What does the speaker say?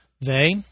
They